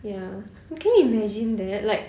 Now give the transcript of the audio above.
ya can you imagine that like